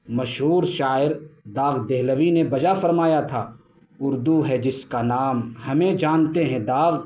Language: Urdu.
مشہور شاعر داغ دہلوی نے بجا فرمایا تھا اردو ہے جس کا نام ہمیں جانتے ہیں داغ